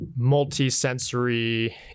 multi-sensory